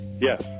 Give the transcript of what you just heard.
Yes